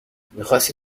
میخاستی